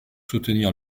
soutenir